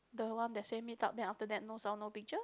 the one that say meet up then after that no sound no picture